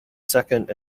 second